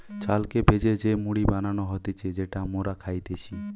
চালকে ভেজে যে মুড়ি বানানো হতিছে যেটা মোরা খাইতেছি